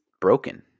broken